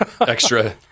extra